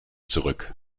zurück